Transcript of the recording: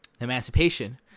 emancipation